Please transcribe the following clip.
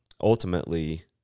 ultimately